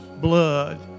blood